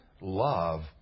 love